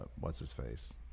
what's-his-face